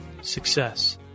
Success